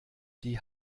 die